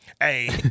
Hey